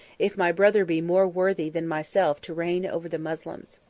if my brother be more worthy than myself to reign over the moslems.